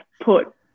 put